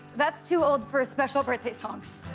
that's too old for special birthday songs.